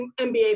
NBA